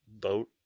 boat